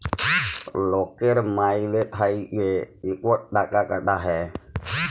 লকের মাইলে থ্যাইকে ইকট টাকা কাটা হ্যয়